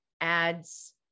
ads